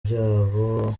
by’aho